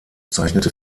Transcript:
zeichnete